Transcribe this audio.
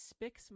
Spix